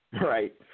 right